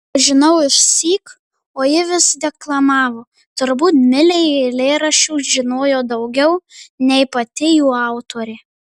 pažinau išsyk o ji vis deklamavo turbūt milei eilėraščių žinojo daugiau nei pati jų autorė